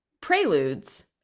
Preludes